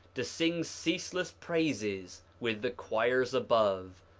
to sing ceaseless praises with the choirs above,